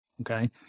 Okay